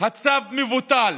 הצו מבוטל,